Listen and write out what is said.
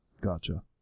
Gotcha